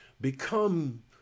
become